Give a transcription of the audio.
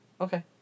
Okay